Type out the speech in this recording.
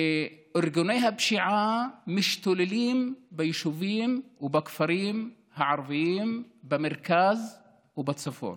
ארגוני הפשיעה משתוללים ביישובים ובכפרים הערביים במרכז ובצפון.